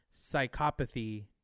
psychopathy